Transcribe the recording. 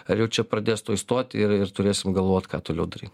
ar jau čia pradės tuoj stot ir ir turėsim galvot ką toliau daryt